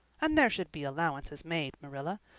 and there should be allowances made, marilla.